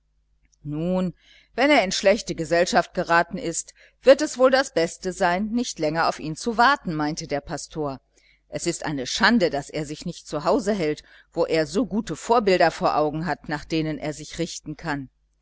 nun wenn er in schlechte gesellschaft geraten ist wird es wohl das beste sein nicht länger auf ihn zu warten meinte der pastor es ist eine schande daß er sich nicht zu hause hält wo er so gute vorbilder vor augen hat nach denen er sich richten kann